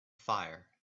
fire